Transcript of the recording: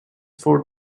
four